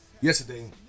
Yesterday